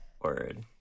Word